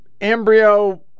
Embryo